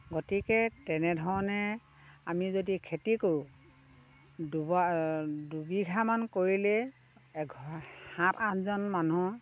গতিকে তেনেধৰণে আমি যদি খেতি কৰো দুবাৰ দুবিঘামান কৰিলেই এঘৰ সাত আঠজন মানুহৰ